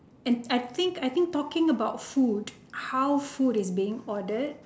and I think I think talking about food how food is being ordered